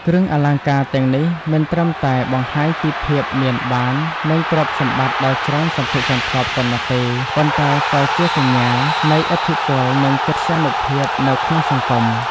គ្រឿងអលង្ការទាំងនេះមិនត្រឹមតែបង្ហាញពី ភាពមានបាន និងទ្រព្យសម្បត្តិដ៏ច្រើនសន្ធឹកសន្ធាប់ប៉ុណ្ណោះទេ ប៉ុន្តែក៏ជាសញ្ញានៃ ឥទ្ធិពល និងកិត្យានុភាព នៅក្នុងសង្គម។